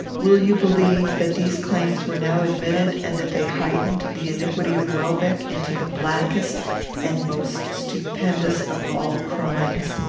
will you believe that these claims were now admitted, and that they heightened the iniquity of welbeck into the blackest and most stupendous of all crimes?